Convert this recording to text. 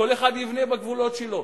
כל אחד יבנה בגבולות שלו,